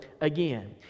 again